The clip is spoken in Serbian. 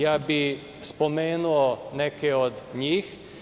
Ja bih spomenuo neke od njih.